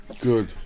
Good